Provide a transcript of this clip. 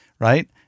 Right